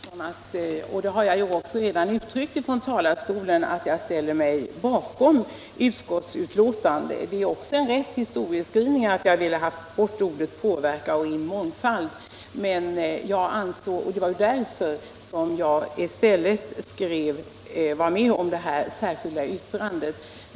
Herr talman! Det är rätt som herr Andersson i Lycksele nu säger, och jag har redan från talarstolen uttalat att jag ställer mig bakom utskottsbetänkandet. Det är också rätt historieskrivning att jag ville ha bort orden ”och påverkan” och ha in ordet mångfald. Det var därför jag var med om det särskilda yttrandet.